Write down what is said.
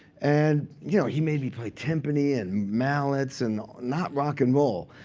and you know he maybe played tympani and mallets and not rock and roll.